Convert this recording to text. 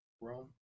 Rome